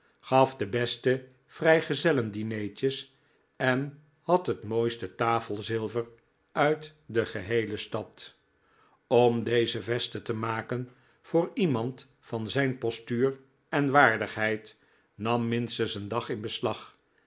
gaf de beste vrijgezellen dineetjes en had het mooiste tafelzilver uit de geheele stad om deze vesten te maken voor iemand van zijn postuur en waardigheid nam minstens een dag in beslag